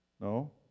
No